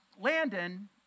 Landon